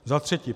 Za třetí.